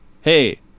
Hey